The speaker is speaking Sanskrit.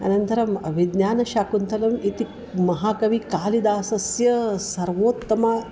अनन्तरम् अभिज्ञानशाकुन्तलम् इति महाकविकालिदासस्य सर्वोत्तम